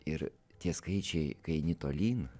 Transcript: ir tie skaičiai kai eini tolyn